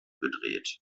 gedreht